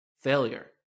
failure